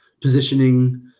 positioning